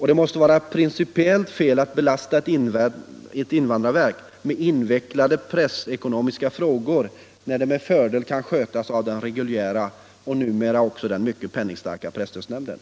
Det måste vara principiellt felaktigt att belasta invandrarverket med invecklade pressekonomiska frågor, när de med fördel kan skötas av den reguljära och numera också mycket penningstarka presstödsnämnden.